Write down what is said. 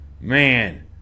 Man